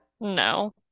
No